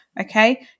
okay